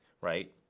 right